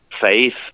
faith